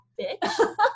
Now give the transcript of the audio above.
bitch